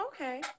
Okay